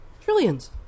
Trillions